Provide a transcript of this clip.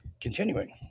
Continuing